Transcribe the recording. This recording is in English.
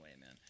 man